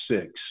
six